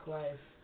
life